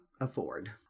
afford